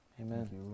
Amen